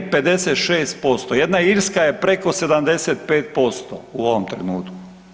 Jedna Irska je preko 75% u ovom trenutku.